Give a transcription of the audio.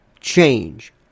change